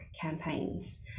campaigns